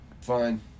Fine